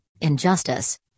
injustice